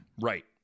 right